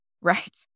right